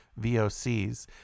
VOCs